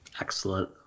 Excellent